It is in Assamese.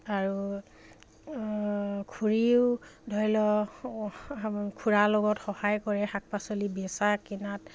আৰু খুৰীও ধৰি লওক খুুৰাৰ লগত সহায় কৰে শাক পাচলি বেচা কিনাত